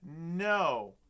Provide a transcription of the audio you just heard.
no